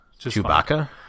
chewbacca